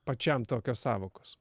pačiam tokios sąvokos